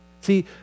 See